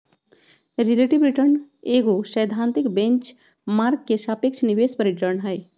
relative return एगो सैद्धांतिक benchmark के सापेक्ष निवेश पर रिटर्न हइ